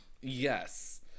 Yes